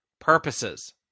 purposes